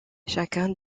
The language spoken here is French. chacun